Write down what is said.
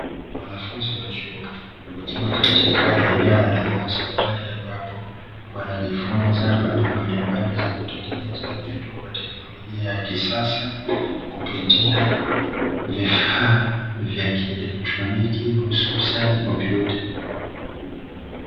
Wanafunzi wa chuo wakiwa katika eneo la darasa, mahali ambapo wanajifunza mada mbalimbali za kutengeneza vitu kwa teknolojia ya kisasa, kupitia vifaa vya kieletroniki hususani kompyuta.